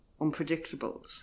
unpredictables